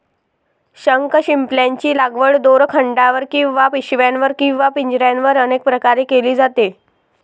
शंखशिंपल्यांची लागवड दोरखंडावर किंवा पिशव्यांवर किंवा पिंजऱ्यांवर अनेक प्रकारे केली जाते